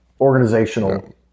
organizational